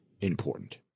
important